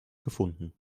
gefunden